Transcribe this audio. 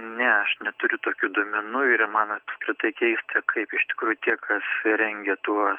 ne aš neturiu tokių duomenų ir man apskritai keista kaip iš tikrųjų tie kas rengė tuos